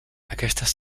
aquestes